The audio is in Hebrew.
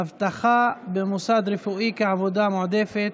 אבטחה במוסד רפואי כעבודה מועדפת),